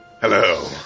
Hello